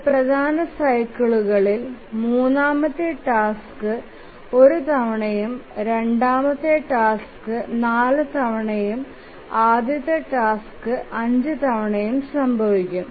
ഒരു പ്രധാന സൈക്കിളിയിൽ മൂന്നാമത്തെ ടാസ്ക് ഒരു തവണയും രണ്ടാമത്തെ ടാസ്ക് 4 തവണയും ആദ്യത്തെ ടാസ്ക് 5 തവണയും സംഭവിക്കും